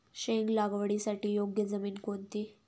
शेंग लागवडीसाठी योग्य जमीन कोणती?